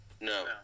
No